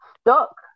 stuck